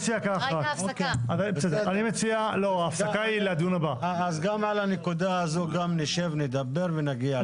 אז גם על הנקודה הזאת גם נשב, נדבר ונגיע להחלטה.